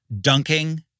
dunking